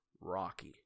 Rocky